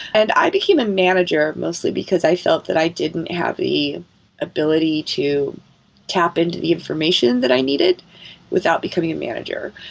and i became a manager mostly because i felt that i didn't have the ability to tap into the information that i needed without becoming a manager,